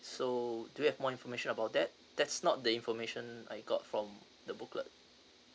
so do you have more information about that that's not the information I got from the booklet